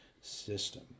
system